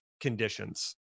conditions